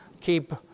keep